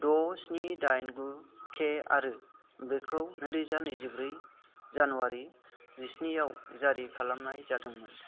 स्नि दाइन गु खे आरो बेखौ नैरोजा नैजिब्रै जानुवारि जिस्नियाव जारि खालामनाय जादोंमोन